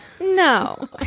No